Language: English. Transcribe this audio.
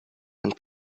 and